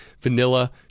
vanilla